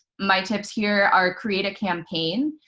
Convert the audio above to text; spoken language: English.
my tips here are create a campaign.